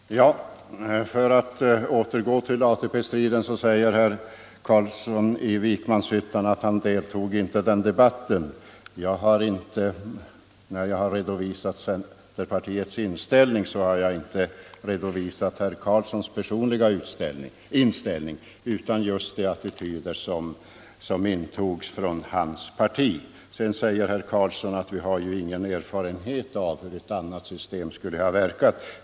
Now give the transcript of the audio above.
Herr talman! För att återkomma till ATP-striden så säger herr Carlsson i Vikmanshyttan att han inte deltog i den debatten. När jag redovisade centerpartiets inställning talade jag inte om herr Carlssons personliga uppfattning utan om den attityd som hans parti intog. Herr Carlsson säger vidare att vi inte har någon erfarenhet av hur ett annat system skulle ha verkat.